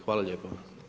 Hvala lijepo.